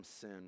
sin